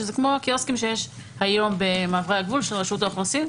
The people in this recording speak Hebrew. שזה כמו הקיוסקים שיש היום במעברי הגבול של רשות האוכלוסין,